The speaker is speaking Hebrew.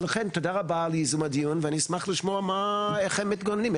לכן תודה רבה על ייזום הדיון ואני אשמח לשמוע איך הם מתגוננים,